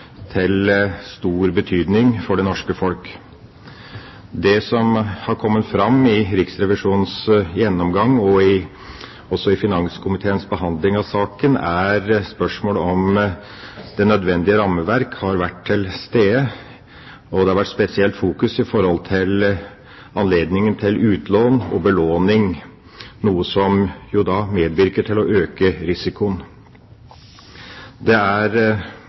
til stor betydning for det norske folk. Det som har kommet fram i Riksrevisjonens gjennomgang, og også ved finanskomiteens behandling av saken, er spørsmålet om det nødvendige rammeverk har vært til stede. Det har vært fokusert spesielt på anledningen til utlån og belåning, noe som medvirker til å øke risikoen. Det er